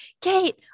Kate